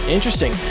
Interesting